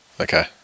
Okay